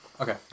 Okay